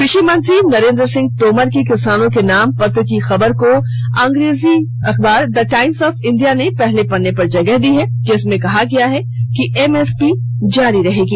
कृषि मंत्री नरेंद्र सिंह तोमर के किसानों के नाम पत्र की खबर को अंग्रेजी दैनिक द टाइम्स ऑफ इंडिया ने पले पत्रे पर जगह दी है जिसमें कहा गया है कि एमएसपी जारी रहेगी